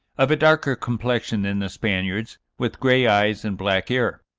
of a darker complexion than the spaniards, with gray eyes and black hair.